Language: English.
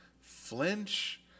flinch